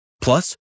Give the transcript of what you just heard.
plus